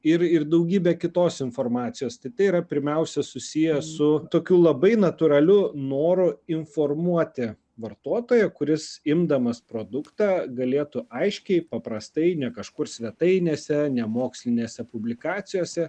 ir ir daugybė kitos informacijos tai tai yra pirmiausia susiję su tokiu labai natūraliu noru informuoti vartotoją kuris imdamas produktą galėtų aiškiai paprastai ne kažkur svetainėse ne mokslinėse publikacijose